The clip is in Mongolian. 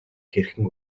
хэрхэн